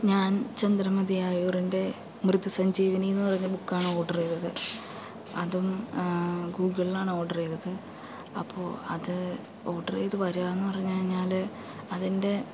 ഞാൻ ചന്ദ്രമതി ആയുറിൻ്റെ മൃതസഞ്ജീവനി എന്ന് പറഞ്ഞ ബുക്കാണ് ഓർഡറ് ചെയ്തത് അതും ഗൂഗിൾലാണ് ഓർഡറ് ചെയ്തത് അപ്പോൾ അത് ഓർഡറ് ചെയ്ത് വരുകാന്ന് പറഞ്ഞ് കഴിഞ്ഞാല് അതിൻ്റെ